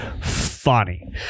funny